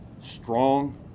strong